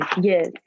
yes